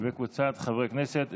וקבוצת חברי הכנסת.